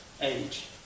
age